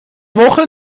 woche